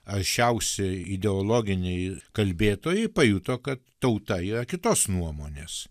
aršiausi ideologiniai kalbėtojai pajuto kad tauta yra kitos nuomonės